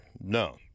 No